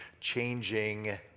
changing